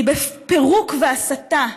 היא בפירוק והסתה.